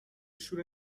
شور